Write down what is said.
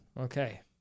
Okay